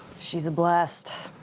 she's a blast.